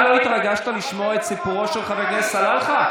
אתה לא התרגשת לשמוע את סיפורו של חבר הכנסת סלאלחה?